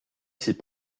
s’est